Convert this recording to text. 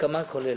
הסכמה כוללת.